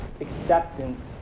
acceptance